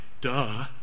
Duh